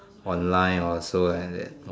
online or so like that